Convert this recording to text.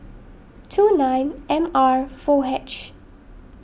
two nine M R four H